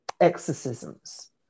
exorcisms